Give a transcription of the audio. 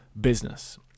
business